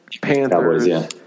Panthers